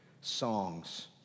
songs